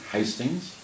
Hastings